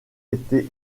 été